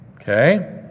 Okay